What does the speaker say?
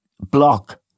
block